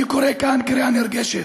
אני קורא כאן קריאה נרגשת,